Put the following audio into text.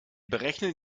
berechnen